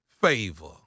favor